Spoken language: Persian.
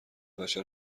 بشر